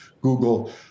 Google